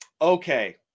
okay